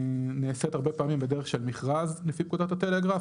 נעשית הרבה פעמים בדרך של מכרז לפי פקודת הטלגרף.